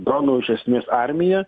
dronų iš esmės armiją